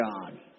God